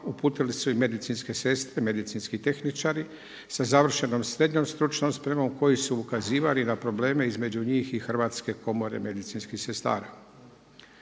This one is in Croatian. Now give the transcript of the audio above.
uputili su i medicinske sestre i medicinski tehničari sa završenom srednjom stručnom spremom koji su ukazivali na probleme između njih i Hrvatske komore medicinskih sestara.